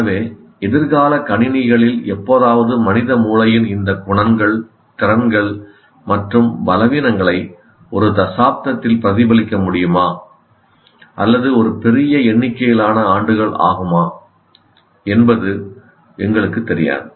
எனவே எதிர்கால கணினிகளில் எப்போதாவது மனித மூளையின் இந்த குணங்கள் திறன்கள் மற்றும் பலவீனங்களை ஒரு தசாப்தத்தில் பிரதிபலிக்க முடியுமா அல்லது ஒரு பெரிய எண்ணிக்கையிலான ஆண்டுகள் ஆகுமா என்பது எங்களுக்குத் தெரியாது